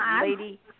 lady